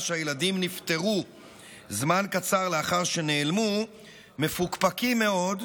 שהילדים נפטרו זמן קצר לאחר שנעלמו מפוקפקים מאוד,